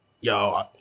yo